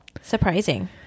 surprising